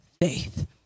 faith